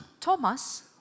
Thomas